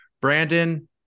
Brandon